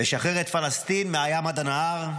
לשחרר את פלסטין מהים עד הנהר,